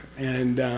and